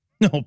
No